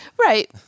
right